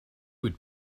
would